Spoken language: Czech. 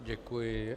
Děkuji.